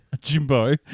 Jimbo